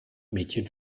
mädchen